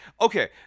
Okay